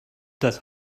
das